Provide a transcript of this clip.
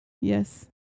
Yes